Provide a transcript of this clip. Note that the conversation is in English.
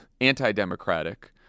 anti-democratic